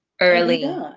early